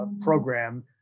program